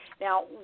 Now